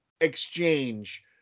exchange